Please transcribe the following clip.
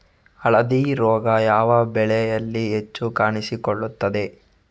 ಹಳದಿ ರೋಗ ಯಾವ ಬೆಳೆಯಲ್ಲಿ ಹೆಚ್ಚು ಕಾಣಿಸಿಕೊಳ್ಳುತ್ತದೆ?